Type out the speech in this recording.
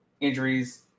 injuries